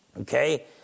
Okay